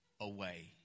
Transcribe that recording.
away